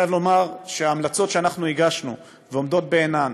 אני חייב לומר שההמלצות שהגשנו ועומדות בעינן,